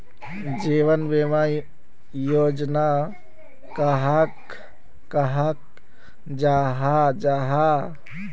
जीवन बीमा योजना कहाक कहाल जाहा जाहा?